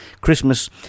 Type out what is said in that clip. Christmas